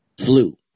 flu